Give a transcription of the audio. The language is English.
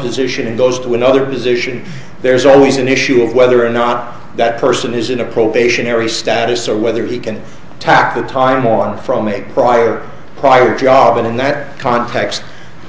position and goes to another position there's always an issue of whether or not that person is in a probationary status or whether he can tack a tie or more from a prior prior job and in that context